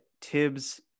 Tibbs